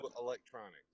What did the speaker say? electronics